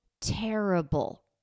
terrible